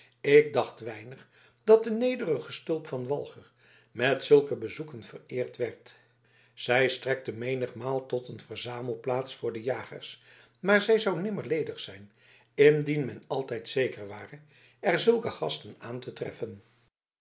ik dacht weinig dat de nederige stulp van walger met zulke bezoeken vereerd werd zij strekte menigmalen tot een verzamelplaats voor de jagers maar zij zou nimmer ledig zijn indien men altijd zeker ware er zulke gasten aan te treffen